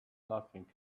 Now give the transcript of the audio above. nothing